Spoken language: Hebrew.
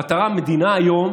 המטרה של המדינה היום